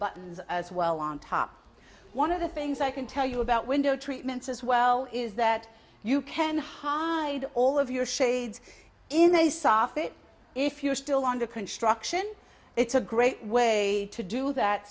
buttons as well on top one of the things i can tell you about window treatments as well is that you can hide all of your shades in a soffit if you're still under construction it's a great way to do that